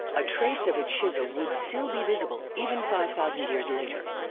a trace of a chisel would still be visible, even five thousand years later.